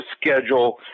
schedule